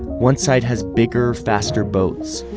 one side has bigger, faster boats.